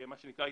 מה שנקרא,